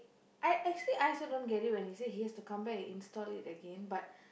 I actually I also don't get it when he say he has to come back and install it again but